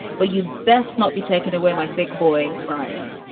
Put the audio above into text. but you best not be taken away by thick boy brian,